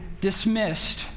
dismissed